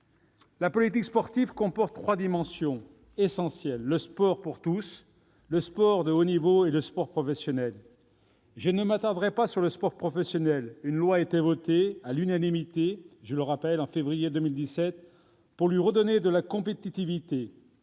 La politique sportive comporte trois dimensions essentielles : le sport pour tous, le sport de haut niveau et le sport professionnel. Je ne m'attarderai pas sur le sport professionnel. Une loi a été votée à l'unanimité, je le rappelle, en février 2017, pour lui redonner de la compétitivité.